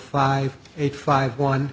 five eight five one